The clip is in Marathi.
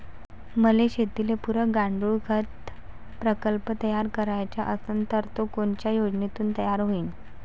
मले शेतीले पुरक गांडूळखत प्रकल्प तयार करायचा असन तर तो कोनच्या योजनेतून तयार होईन?